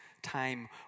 Time